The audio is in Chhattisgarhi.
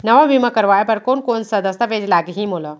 नवा बीमा करवाय बर कोन कोन स दस्तावेज लागही मोला?